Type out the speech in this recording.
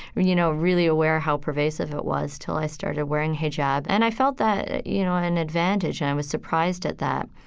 and you know, really aware of how pervasive it was til i started wearing hijab. and i felt that, you know, an advantage, and i was surprised at that.